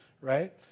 right